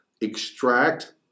extract